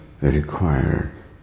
required